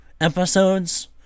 episodes